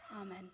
Amen